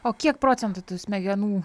o kiek procentų tų smegenų